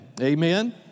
Amen